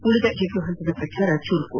ಉಳಿದ ಎರಡು ಹಂತದ ಪ್ರಚಾರ ಚುರುಕು